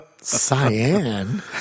Cyan